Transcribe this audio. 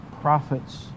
prophets